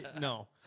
No